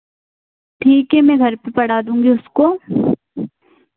ठीक है मैं घर पर पढ़ा दूँगी उसको